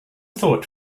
thought